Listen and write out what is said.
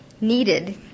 needed